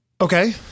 Okay